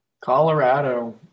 Colorado